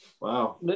wow